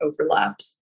overlaps